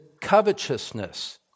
covetousness